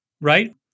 right